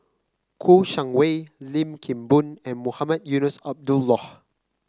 Kouo Shang Wei Lim Kim Boon and Mohamed Eunos Abdullah